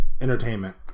entertainment